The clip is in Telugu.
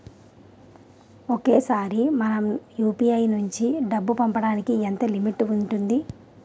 ఒకేసారి మనం యు.పి.ఐ నుంచి డబ్బు పంపడానికి ఎంత లిమిట్ ఉంటుంది?